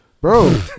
Bro